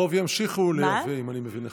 את הרוב ימשיכו לייבא, אם אני מבין נכון.